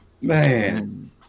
Man